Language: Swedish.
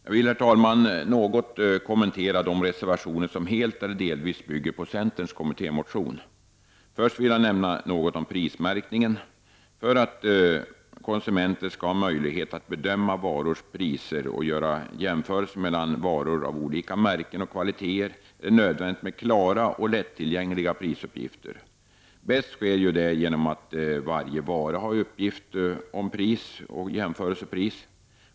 Jag vill något kommentera de reservationer som helt eller delvis bygger på centerns kommittémotion. Först vill jag nämna något om prismärkningen. För att konsumenterna skall ha möjlighet att bedöma varors priser och göra jämförelser mellan varor av olika märken och kvaliteter är det nödvändigt med klara och lättillgängliga prisuppgifter. Bäst sker detta genom att varje vara har uppgift om pris och jämförpris.